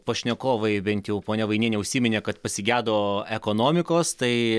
pašnekovai bent jau ponia vainienė užsiminė kad pasigedo ekonomikos tai